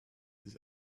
sich